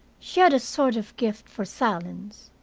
she had a sort of gift for silence.